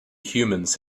humans